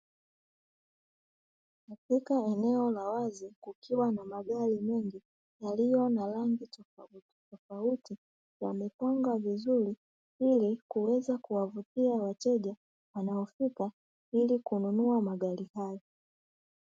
Katika eneo la wazi lililo kukiwa na magari mengi na rangi tofauti tofauti, wamepanga vizuri kuweza kuwavutia wateja wanaofika ili kununua magari hayo.